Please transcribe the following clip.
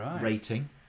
rating